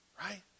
Right